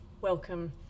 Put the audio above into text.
welcome